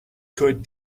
could